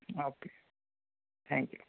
okay thank you